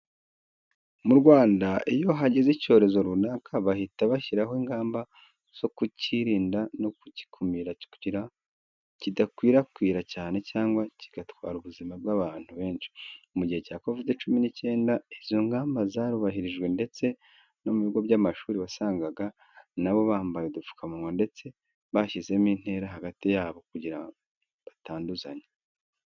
Mu Rwanda iyo hageze icyorezo runaka, bahita bashyiraho ingamba zo kukirinda no kugikumira kugira kidakwirakwira cyane cyangwa kigatwara ubuzima bw'abantu benshi. Mu gihe cya Covid cumi n'icyenda izo ngamba zarubahirijwe ndetse no mu bigo by'amashuri wasangaga na bo bambaye udupfukamunwa ndetse bashyizemo intera hagati yabo kugira batanduzanya.